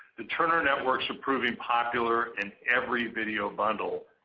the turner networks are proving popular in every video bundle,